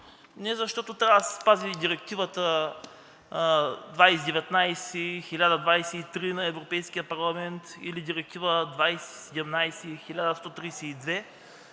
не защото трябва да се спази Директива № 2019/1023 на Европейския парламент или Директива № 2017/1132